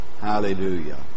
Hallelujah